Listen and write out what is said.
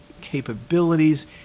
capabilities